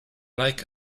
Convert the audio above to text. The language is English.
like